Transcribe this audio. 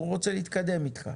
הוא רוצה להתקדם אתך.